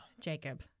Jacob